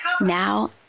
now